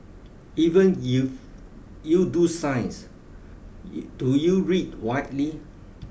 even if you do science do you read widely